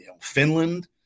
Finland